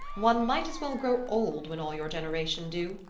one might as well grow old when all your generation do,